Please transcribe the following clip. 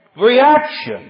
reaction